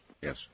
Yes